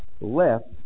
left